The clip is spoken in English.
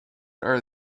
are